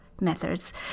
methods